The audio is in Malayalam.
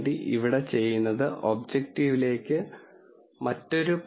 അതിനാൽ ഞങ്ങൾ ചെയ്യാൻ ശ്രമിക്കുന്നത് ഒരു ലോഗ് സാധ്യത കുറയ്ക്കാൻ ശ്രമിക്കുകയാണെന്ന് എന്നത് ശ്രദ്ധിക്കുക